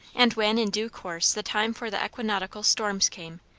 and when in due course the time for the equinoctial storms came,